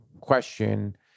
question